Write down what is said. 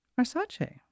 Arsace